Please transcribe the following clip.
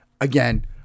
Again